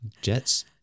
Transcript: jets